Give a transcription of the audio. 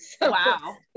wow